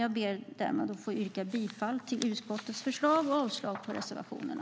Jag yrkar därmed bifall till utskottets förslag och avslag på reservationerna.